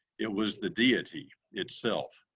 it was the deity itself.